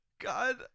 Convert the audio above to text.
God